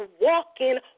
walking